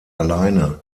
alleine